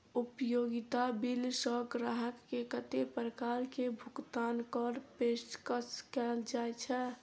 उपयोगिता बिल सऽ ग्राहक केँ कत्ते प्रकार केँ भुगतान कऽ पेशकश कैल जाय छै?